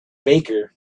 baker